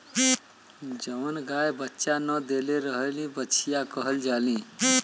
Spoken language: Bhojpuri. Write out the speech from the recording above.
जवन गाय बच्चा न देले रहेली बछिया कहल जाली